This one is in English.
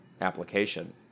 application